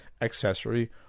accessory